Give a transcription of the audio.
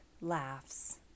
laughs